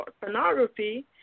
pornography